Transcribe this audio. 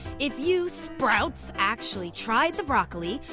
if you sprouts actually tried the broccoli,